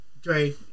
Dre